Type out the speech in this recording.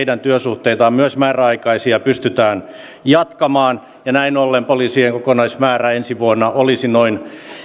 työsuhteita myös määräaikaisia pystytään jatkamaan näin ollen poliisien kokonaismäärä ensi vuonna olisi noin